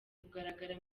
kugaragara